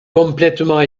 complètement